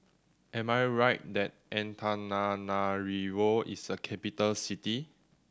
am I right that Antananarivo is a capital city